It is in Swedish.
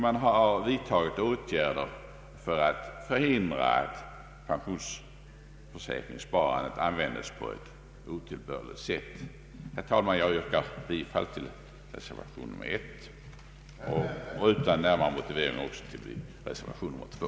De har vidtagit åtgärder för att förhindra att pensionsförsäkringssparande används på otillbörligt sätt. Herr talman! Jag yrkar bifall till reservation 1 och, utan närmare motivering, även till reservation 2.